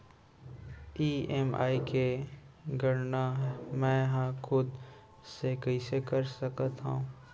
EMI के गड़ना मैं हा खुद से कइसे कर सकत हव?